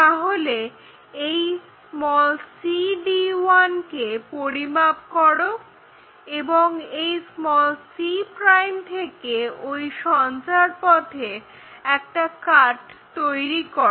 তাহলে এই cd1 কে পরিমাপ করো এবং এই c' থেকে ওই সঞ্চারপথে একটা কাট তৈরি করো